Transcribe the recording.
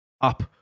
up